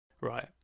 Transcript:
Right